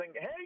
hey